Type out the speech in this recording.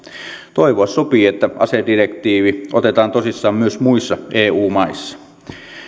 toivoa sopii että asedirektiivi otetaan tosissaan myös muissa eu maissa